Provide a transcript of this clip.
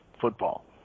football